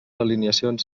alineacions